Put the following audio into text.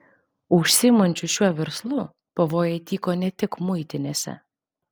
užsiimančių šiuo verslu pavojai tyko ne tik muitinėse